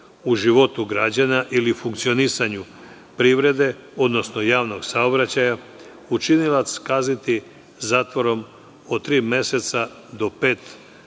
u životu građana ili funkcionisanju privrede, odnosno javnog saobraćaja, učinilac kazniti zatvorom od tri meseca do pet